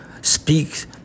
speaks